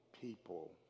people